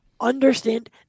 understand